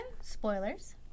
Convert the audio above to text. spoilers